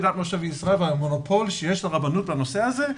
כדת משה וישראל והמונופול שיש לרבנות לנושא הזה,